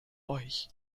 euch